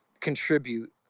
contribute